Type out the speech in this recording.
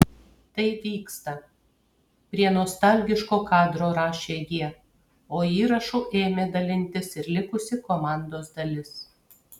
tai vyksta prie nostalgiško kadro rašė jie o įrašu ėmė dalintis ir likusi komandos dalis